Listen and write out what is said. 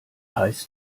heißt